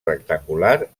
rectangular